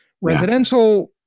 Residential